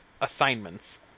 Assignments